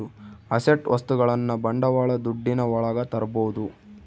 asset ವಸ್ತುಗಳನ್ನ ಬಂಡವಾಳ ದುಡ್ಡಿನ ಒಳಗ ತರ್ಬೋದು